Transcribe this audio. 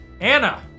Anna